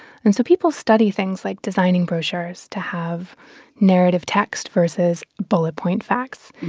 and so people study things, like designing brochures to have narrative text versus bullet point facts.